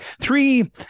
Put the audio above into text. Three